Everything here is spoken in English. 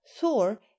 thor